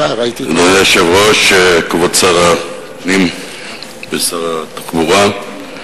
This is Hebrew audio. אדוני היושב-ראש, כבוד שר הפנים ושר התחבורה,